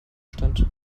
stand